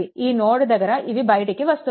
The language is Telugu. ఈ నోడ్1 దగ్గర ఇవి బయటికి వస్తున్నాయి